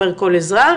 אומר כל אזרח,